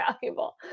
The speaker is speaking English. valuable